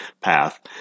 path